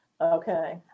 Okay